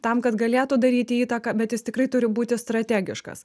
tam kad galėtų daryti įtaką bet jis tikrai turi būti strategiškas